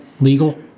legal